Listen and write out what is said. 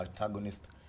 antagonist